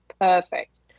perfect